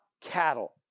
cattle